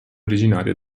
originaria